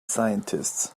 scientists